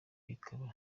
bikaba